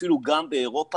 אפילו גם באירופה,